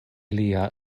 lia